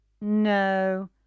No